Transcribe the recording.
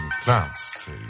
plants